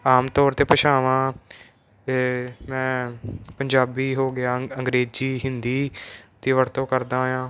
ਆਮ ਤੌਰ 'ਤੇ ਭਾਸ਼ਾਵਾਂ ਮੈਂ ਪੰਜਾਬੀ ਹੋ ਗਿਆ ਅੰਗਰੇਜ਼ੀ ਹਿੰਦੀ ਦੀ ਵਰਤੋਂ ਕਰਦਾ ਹਾਂ